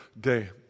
day